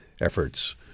efforts